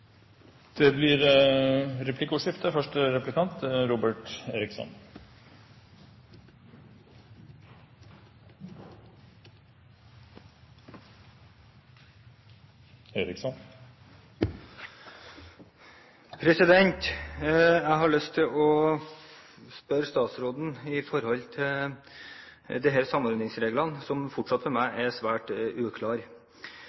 Det blir replikkordskifte. Jeg har lyst til å spørre statsråden om samordningsreglene, som fortsatt er svært uklare for meg.